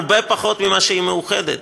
הרבה פחות ממה שהיא מאוחדת